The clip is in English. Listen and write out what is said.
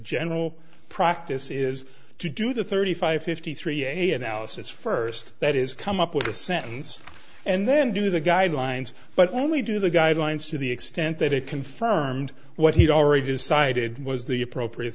general practice is to do the thirty five fifty three a analysis first that is come up with a sentence and then do the guidelines but only do the guidelines to the extent that it confirmed what he'd already decided was the appropriate